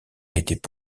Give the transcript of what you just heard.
étaient